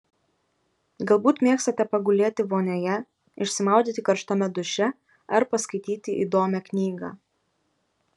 galbūt mėgstate pagulėti vonioje išsimaudyti karštame duše ar paskaityti įdomią knygą